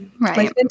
right